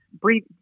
breathe